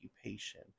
occupation